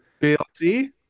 blt